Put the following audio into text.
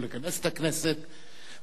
שפ"ה